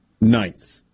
ninth